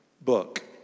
book